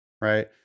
right